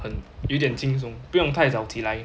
很有一点轻松不用太早起来